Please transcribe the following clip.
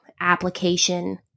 application